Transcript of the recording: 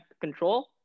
control